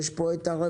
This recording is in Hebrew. יש את הרווחה,